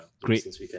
Great